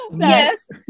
Yes